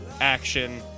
action